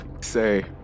Say